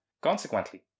Consequently